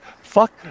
Fuck